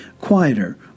quieter